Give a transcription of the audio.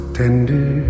tender